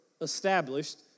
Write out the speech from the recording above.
established